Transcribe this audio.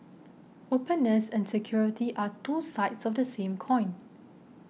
openness and security are two sides of the same coin